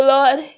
Lord